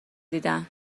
دیدن